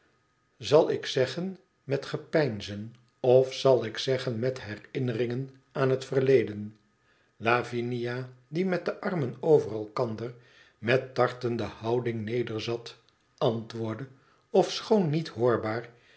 zal ik zeggen met gepeinzen of zal ik zeggen met herinneringen aan het verleden lavinia die met de armen over elkander met tartende houding nederzat antwoordde ofschoon niet hoorbaar